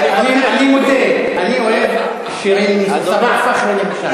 אני מודה, אני אוהב שירים, ס'באח פח'רי, למשל.